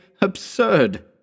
Absurd